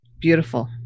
Beautiful